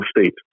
state